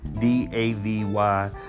D-A-V-Y